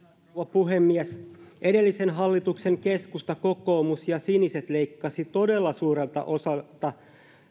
puhemies edellisen hallituksen keskusta kokoomus ja siniset leikkasivat aktiivimallilla todella suurelta osalta